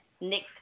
Nick